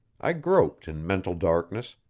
i groped in mental darkness,